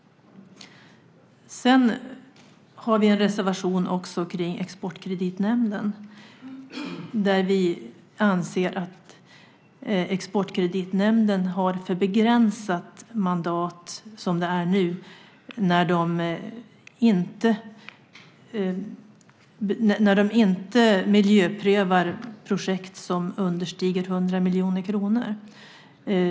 Vi har också en reservation som handlar om Exportkreditnämnden. Vi anser att den i nuläget har ett för begränsat mandat när den inte miljöprövar projekt som understiger 100 miljoner kronor.